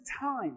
time